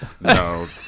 No